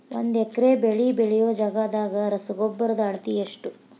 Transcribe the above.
ಒಂದ್ ಎಕರೆ ಬೆಳೆ ಬೆಳಿಯೋ ಜಗದಾಗ ರಸಗೊಬ್ಬರದ ಅಳತಿ ಎಷ್ಟು?